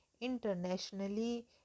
internationally